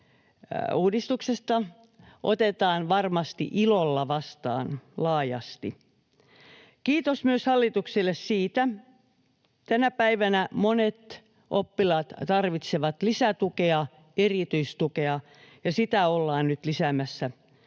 uudistus otetaan varmasti ilolla vastaan laajasti. Kiitos hallitukselle myös siitä, että kun tänä päivänä monet oppilaat tarvitsevat lisätukea, erityistukea, niin sitä ollaan nyt lisäämässä.